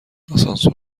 آسانسور